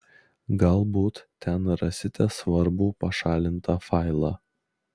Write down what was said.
galbūt ten rasite svarbų pašalintą failą